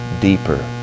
deeper